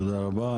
תודה רבה.